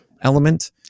element